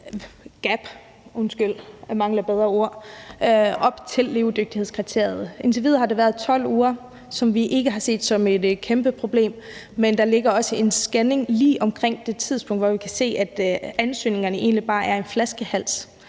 – undskyld, jeg mangler et bedre ord – op til levedygtighedskriteriet. Indtil videre har det været 12 uger, hvilket vi ikke har set som et kæmpe problem, men der ligger også en scanning lige omkring det tidspunkt, og vi kan se, at ansøgningerne egentlig bare er en flaskehals,